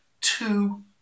two